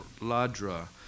Ladra